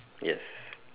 yes